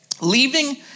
leaving